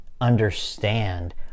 understand